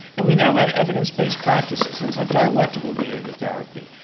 and we now have evidence-based practices, things like dialectical behavior therapy,